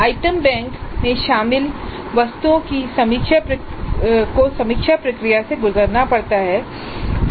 item bank में शामिल वस्तुओं को समीक्षा प्रक्रिया से गुजरना पड़ता है